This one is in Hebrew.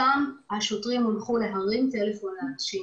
ושם השוטרים הונחו להרים טלפון אנשים.